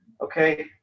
okay